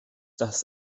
das